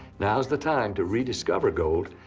now is the time to rediscover gold,